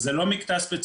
אז זה לא מקטע ספציפי,